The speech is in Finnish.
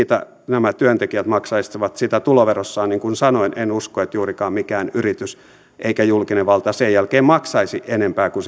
menevää ja nämä työntekijät maksaisivat siitä tuloverossaan kuten sanoin en usko että juuri mikään yritys tai julkinen valta sen jälkeen maksaisi enempää kuin